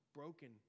broken